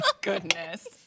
Goodness